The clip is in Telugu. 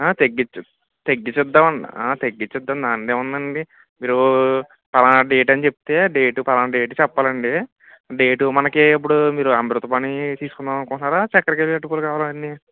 తగ్గించొచ్చు తగ్గిచ్చి ఇద్దామండి తగ్గిచ్చి ఇద్దాం దానిదేముందండి మీరు పలానా డేట్ అని చెప్తే డేట్ పలానా డేట్ చెప్పాలండి డేట్ మనకి ఇప్పుడు మీరు అమృతపాణి తీసుకుందాం అనుకుంటన్నారా చక్రకేళి అరటిపళ్ళు కావాలా అండి